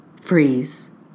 freeze